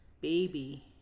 baby